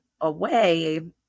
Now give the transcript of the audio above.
away